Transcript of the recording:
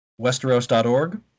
westeros.org